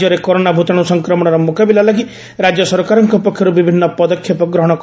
ରାଜ୍ୟରେ କରୋନା ଭୂତାଣୁ ସଂକ୍ରମଣର ମୁକାବିଲା ଲାଗି ରାଜ୍ୟ ସରକାରଙ୍କ ପକ୍ଷରୁ ବିଭିନ୍ନ ପଦକ୍ଷେପ ଗ୍ରହଣ କରାଯାଇଛି